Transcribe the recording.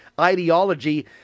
ideology